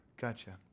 Gotcha